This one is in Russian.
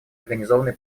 организованной